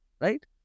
Right